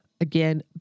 Again